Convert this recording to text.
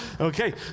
Okay